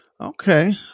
Okay